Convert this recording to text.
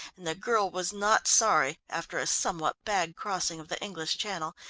and the girl was not sorry, after a somewhat bad crossing of the english channel,